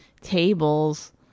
tables